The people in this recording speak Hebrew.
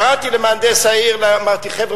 קראתי למהנדס העיר ואמרתי: חבר'ה,